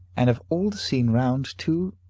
and of all the scene round, too,